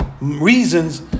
reasons